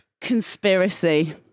conspiracy